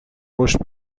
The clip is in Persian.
رشد